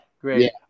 Great